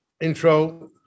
intro